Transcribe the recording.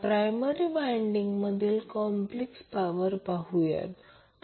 5Ω आहे inductance 15 millihenry आहे